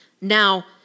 Now